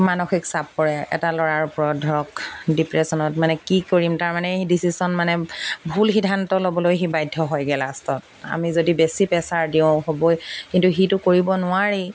মানসিক চাপ কৰে এটা ল'ৰাৰ ওপৰত ধৰক ডিপ্ৰেশ্যনত মানে কি কৰিম তাৰমানে সেই ডিচিশ্যন মানে ভুল সিদ্ধান্ত ল'বলৈ সি বাধ্য হৈগৈ লাষ্টত আমি যদি বেছি প্ৰেছাৰ দিওঁ হ'বই কিন্তু সিটো কৰিব নোৱাৰে